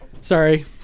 Sorry